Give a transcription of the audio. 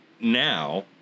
now